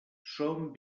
són